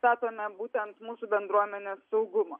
statome būtent mūsų bendruomenės saugumą